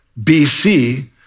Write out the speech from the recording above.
BC